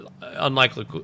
unlikely